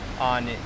on